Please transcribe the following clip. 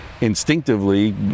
instinctively